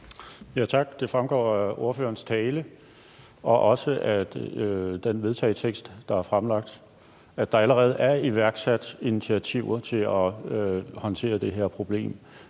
Tak. Det fremgår af ordførerens tale og også af det forslag til vedtagelse, der er fremsat, at der allerede er iværksat initiativer til at håndtere det her problem.